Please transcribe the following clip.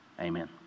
Amen